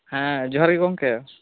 ᱦᱮᱸ ᱡᱳᱦᱟᱨ ᱜᱮ ᱜᱚᱝᱠᱮ